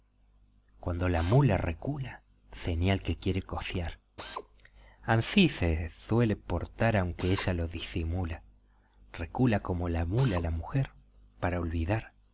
cuando la mula recula señal que quiere cociar ansí se suele portar aunque ella lo disimula recula como la mula la mujer para olvidar